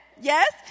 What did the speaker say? Yes